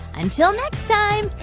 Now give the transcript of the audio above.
until next time,